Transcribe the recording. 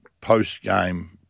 post-game